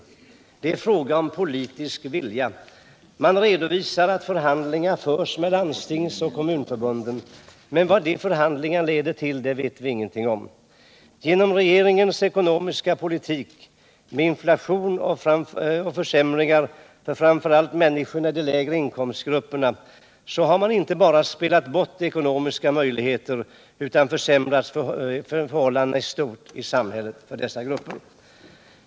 Det är en fråga om politisk vilja. Man redovisar att förhandlingar förs mellan Landstingsoch Kommunförbunden, men vad de förhandlingarna leder till vet vi ingenting om. Genom regeringens ekonomiska politik med inflation och försämringar för framför allt människorna i de lägre inkomstgrupperna har man inte bara spelat bort ekonomiska möjligheter, utan även försämrat förhållandena i stort i samhället för dessa grupper.